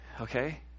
okay